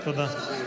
אתה צודק.